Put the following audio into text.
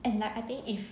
and like I think if